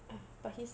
uh but his